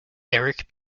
eric